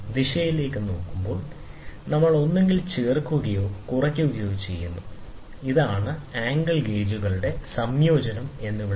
ദിശയിലേക്ക് നോക്കുമ്പോൾ നമ്മൾ ഒന്നുകിൽ ചേർക്കുകയോ കുറയ്ക്കുകയോ ചെയ്യുന്നു ഇതിനെ ആംഗിൾ ഗേജുകളുടെ സംയോജനം എന്ന് വിളിക്കുന്നത്